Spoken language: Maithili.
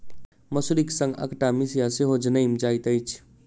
मसुरीक संग अकटा मिसिया सेहो जनमि जाइत अछि